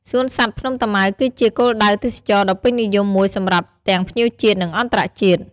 សួនសត្វភ្នំតាម៉ៅគឺជាគោលដៅទេសចរណ៍ដ៏ពេញនិយមមួយសម្រាប់ទាំងភ្ញៀវជាតិ និងអន្តរជាតិ។